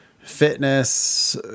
fitness